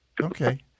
Okay